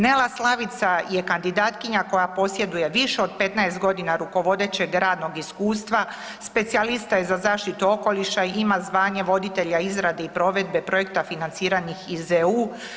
Nela Slavica je kandidatkinja koja posjeduje više od 15.g. rukovodećeg radnog iskustva, specijalista je za zaštitu okoliša i ima zvanje voditelja izrade i provedbe projekta financiranih iz EU.